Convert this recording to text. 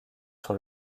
sur